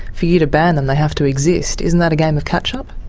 for you to ban them they have to exist. isn't that a game of catch-up?